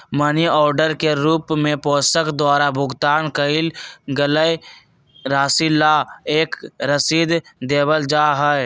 money order के रूप में प्रेषक द्वारा भुगतान कइल गईल राशि ला एक रसीद देवल जा हई